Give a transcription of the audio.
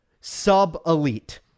sub-elite